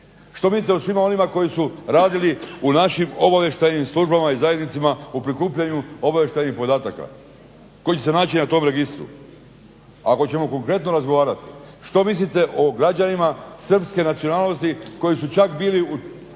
Što mislite o svima onima koji su radili u našim obavještajnim službama i zajednicama u prikupljanju obavještajnih podataka koji će se naći na tom registru? Ako ćemo konkretno razgovarati što mislite o građanima srpske nacionalnosti koji su čak bili u